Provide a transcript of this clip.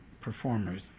performers